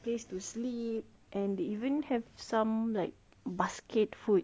place to sleep and they even have some like basket food